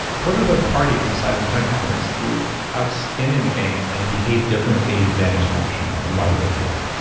what are the parties, aside from tech companies, who have skin in the game and behave differently than is rational, and why do they do that?